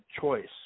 choice